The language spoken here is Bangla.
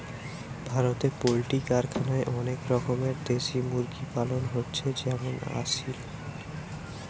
ভারতে পোল্ট্রি কারখানায় অনেক রকমের দেশি মুরগি পালন হচ্ছে যেমন আসিল